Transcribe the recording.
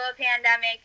pandemic